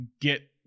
get